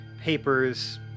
Papers